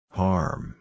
harm